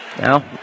Now